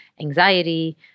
anxiety